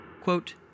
Quote